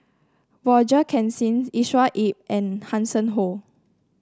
Roger Jenkins Joshua Ip and Hanson Ho